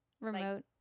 remote